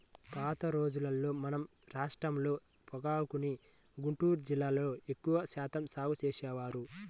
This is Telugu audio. పాత రోజుల్లో మన రాష్ట్రంలో పొగాకుని గుంటూరు జిల్లాలో ఎక్కువ శాతం సాగు చేసేవారు